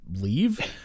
leave